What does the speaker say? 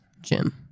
Jim